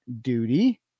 duty